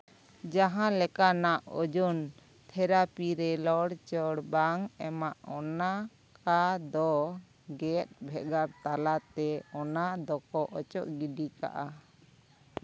ᱡᱟᱦᱟᱸ ᱞᱮᱠᱟᱱᱟᱜ ozone therapy ᱨᱮ ᱞᱚᱲᱪᱚᱲ ᱵᱟᱝ ᱚᱱᱠᱟᱫᱚ ᱜᱮᱫ ᱵᱷᱮᱜᱟᱨ ᱛᱟᱞᱟᱛᱮ ᱚᱱᱟ ᱫᱚᱠᱚ ᱚᱪᱚᱜ ᱜᱤᱰᱤ ᱠᱟᱜᱼᱟ